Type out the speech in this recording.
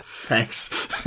Thanks